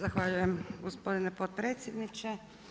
Zahvaljujem gospodine potpredsjedniče.